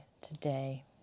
today